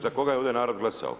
Za koga je ovdje narod glasao?